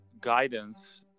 guidance